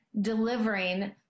delivering